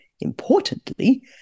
Importantly